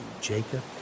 Jacob